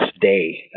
Day